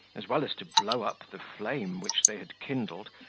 as well as to blow up the flame which they had kindled,